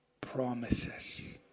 promises